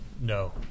No